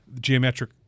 geometric